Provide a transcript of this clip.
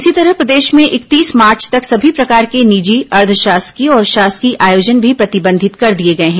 इसी तरह प्रदेश में इकतीस मार्च तक सभी प्रकार के निजी अर्द्व शासकीय और शासकीय आयोजन भी प्रतिबंधित कर दिए गए हैं